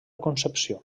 concepció